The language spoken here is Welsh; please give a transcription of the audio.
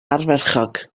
ardderchog